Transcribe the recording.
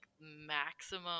maximum